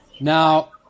Now